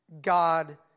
God